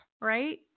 right